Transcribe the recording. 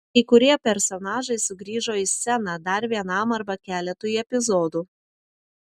kai kurie personažai sugrįžo į sceną dar vienam arba keletui epizodų